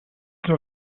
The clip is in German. nur